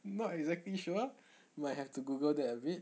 not exactly sure might have to google that a bit